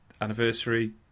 anniversary